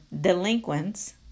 delinquents